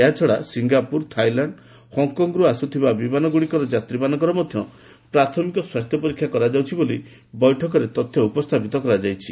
ଏହାଛଡ଼ା Singapore Thailand ହକଂରୁ ଆସୁଥିବା ବିମାନଗୁଡ଼ିକର ଯାତ୍ରୀମାନଙ୍କର ମଧ୍ୟ ପ୍ରାଥମିକ ସ୍ୱାସ୍ଥ୍ୟ ପରୀକ୍ଷା କରାଯାଉଛି ବୋଲି ବୈଠକରେ ତଥ୍ୟ ଉପସ୍ଥାପିତ କରାଯାଇଛି